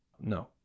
no